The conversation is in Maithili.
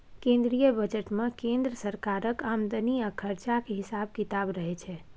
केंद्रीय बजट मे केंद्र सरकारक आमदनी आ खरचाक हिसाब किताब रहय छै